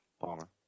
Palmer